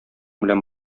белән